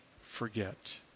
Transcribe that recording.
forget